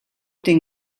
den